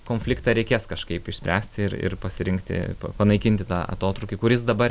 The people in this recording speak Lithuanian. konfliktą reikės kažkaip išspręsti ir ir pasirinkti panaikinti tą atotrūkį kuris dabar